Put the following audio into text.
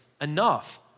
enough